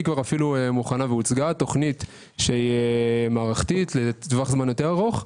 מוכנה והוצגה תוכנית שהיא מערכתית לטווח זמן יותר ארוך.